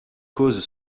causes